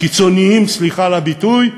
הקיצוניים, סליחה על הביטוי,